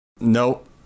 Nope